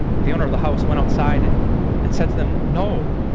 the owner of the house went outside and said to them, no,